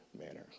manner